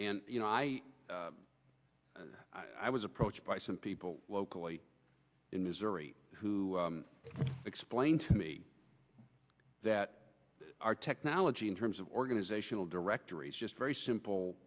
and you know i i was approached by some people locally in missouri who explained to me that our technology in terms of organizational directories just very simple